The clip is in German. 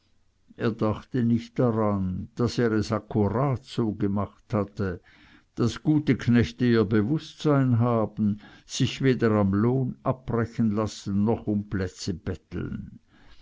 er dachte nicht daran daß er es akkurat so gemacht hatte daß gute knechte ihr bewußtsein haben sich weder am lohn abbrechen lassen noch um plätze betteln